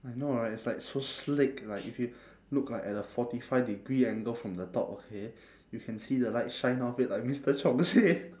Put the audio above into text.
I know right it's like so sleek like if you look like at a forty five degree angle from the top okay you can see the light shine off it like mister chong's head